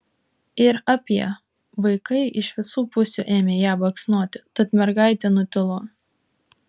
ir apie vaikai iš visų pusių ėmė ją baksnoti tad mergaitė nutilo